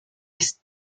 ist